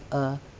a